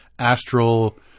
Astral